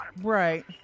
Right